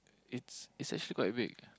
it's it's actually quite big